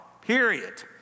period